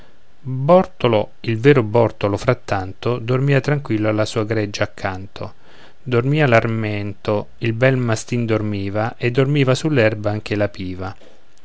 bortolo il vero bortolo frattanto dormia tranquillo alla sua greggia accanto dormia l'armento il bel mastin dormiva e dormiva sull'erba anche la piva